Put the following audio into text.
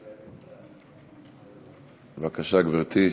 בבקשה, גברתי.